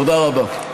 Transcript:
תודה רבה.